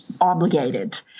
obligated